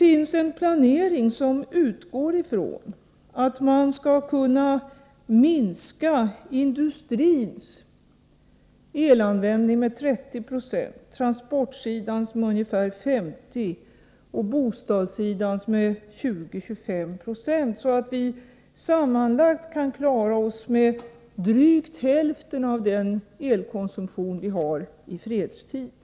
Enligt planeringen skall industrins elanvändning kunna minska med 30 90, transportsidans med ungefär 50 20 och bostadssidans med 20-25 90. På det sättet kan vi totalt sett klara oss med drygt hälften av den el som vi konsumerar i fredstid.